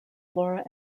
flora